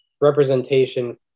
representation